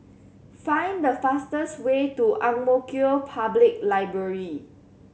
find the fastest way to Ang Mo Kio Public Library